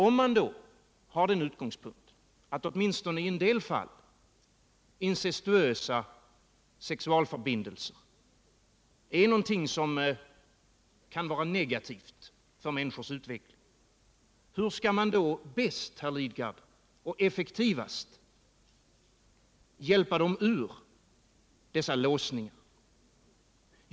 Om man då har den utgångspunkten att åtminstone i en del fall incestuösa sexualförbindelser är någonting som kan vara negativt för människors Nr 93 utveckling, hur skall man då bäst och effektivast, Bertil Lidgard, kunna hjälpa dem ur dessa låsningar?